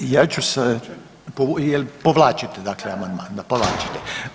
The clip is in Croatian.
Ja ću sad, jel povlačite dakle amandman? [[Upadica iz klupe: Da]] Da povlačite.